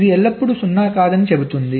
ఇది ఎల్లప్పుడూ 0 కాదని చెబుతోంది